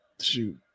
Shoot